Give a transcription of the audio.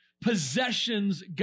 possessions